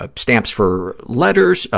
ah stamps for letters, ah